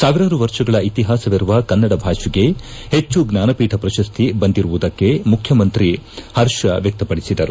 ಸಾವಿರಾರು ವರ್ಷಗಳ ಇತಿಹಾಸವಿರುವ ಕನ್ನಡ ಭಾಷೆಗೆ ಹೆಚ್ಚು ಜ್ವಾನಪೀಠ ಪ್ರಶಸ್ತಿ ಬಂದಿರುವುದಕ್ಕೆ ಮುಖ್ಯಮಂತ್ರಿ ಹರ್ಷ ವ್ಯಕ್ತಪಡಿಸಿದರು